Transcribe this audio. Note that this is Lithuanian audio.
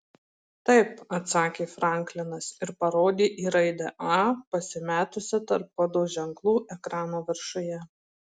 taip atsakė franklinas ir parodė į raidę a pasimetusią tarp kodo ženklų ekrano viršuje